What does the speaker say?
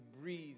breathe